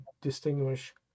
distinguish